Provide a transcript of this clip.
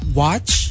watch